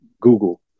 Google